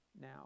now